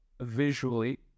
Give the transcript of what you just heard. visually